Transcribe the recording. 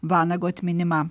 vanago atminimą